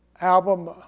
album